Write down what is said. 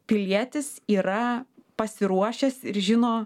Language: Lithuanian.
pilietis yra pasiruošęs ir žino